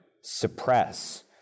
suppress